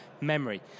memory